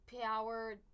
power